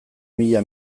mila